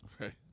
Okay